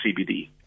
CBD